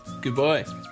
Goodbye